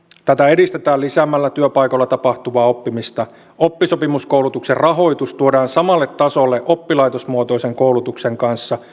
tätä edistetään lisäämällä työpaikoilla tapahtuvaa oppimista oppisopimuskoulutuksen rahoitus tuodaan samalle tasolle oppilaitosmuotoisen koulutuksen kanssa